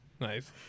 Nice